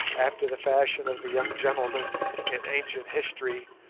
after the fashion of the young gentleman in ancient history,